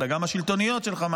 אלא גם השלטוניות של חמאס.